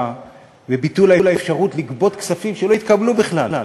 וביטול האפשרות לגבות כספים שלא התקבלו בכלל.